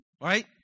Right